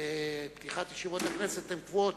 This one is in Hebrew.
פתיחת ישיבות הכנסת הם קבועים,